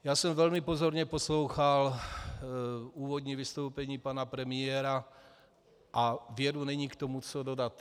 Já jsem velmi pozorně poslouchal úvodní vystoupení pana premiéru a věru, není k tomu co dodat.